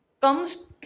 comes